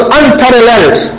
unparalleled